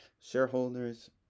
shareholders